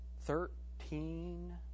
Thirteen